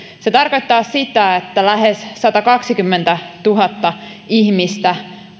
se tarkoittaa sitä että lähes satakaksikymmentätuhatta ihmistä